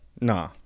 nah